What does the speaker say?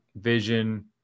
vision